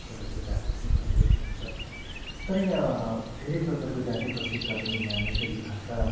तपाईँको जातिहरू बसेको देखिन्छ तर यहाँ धेरै प्रकारको जाति बसे तापनि यहाँ नेपाली भाषा